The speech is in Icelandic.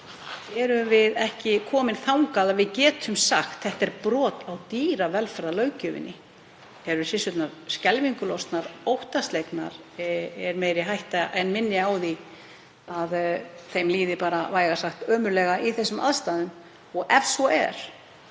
Erum við ekki komin þangað að við getum sagt: Þetta er brot á dýravelferðarlöggjöfinni? Hér eru hryssurnar skelfingu lostnar, óttaslegnar. Er meiri hætta en minni á því að þeim líði bara vægast sagt ömurlega í þessum aðstæðum? Og ef svo er,